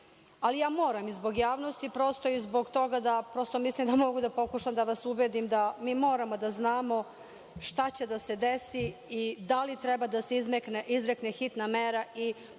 ali ja moram zbog javnosti i prosto zbog toga što mislim da mogu da pokušam da vas ubedim da mi moramo da znamo šta će da se desi i da li treba da se izrekne hitna mera počiniocu